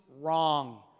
wrong